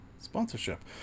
sponsorship